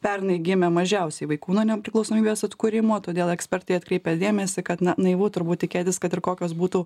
pernai gimė mažiausiai vaikų nuo nepriklausomybės atkūrimo todėl ekspertai atkreipia dėmesį kad na naivu turbūt tikėtis kad ir kokios būtų